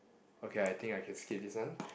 okay I think I can skip this one